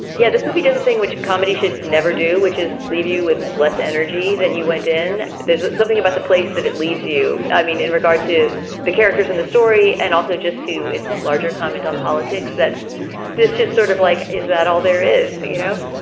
yeah. this movie does a thing which comedy should never do, which is leave you with less energy than you went in. there's something about the place that it leaves you. i mean, in regard to the characters in the story and also just to its larger comment on politics, that's this just sort of like, is that all there is? you know,